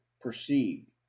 perceived